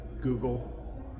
Google